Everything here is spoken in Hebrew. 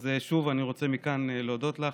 שוב, אני רוצה מכאן להודות לך.